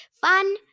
Fun